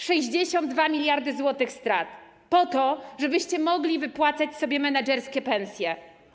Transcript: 62 mld zł strat - po to, żebyście mogli wypłacać sobie menedżerskie pensje.